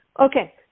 Okay